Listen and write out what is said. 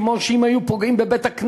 כמו שאם היו פוגעים בבית-כנסת,